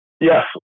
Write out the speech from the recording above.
Yes